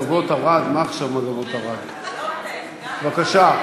2014. בבקשה,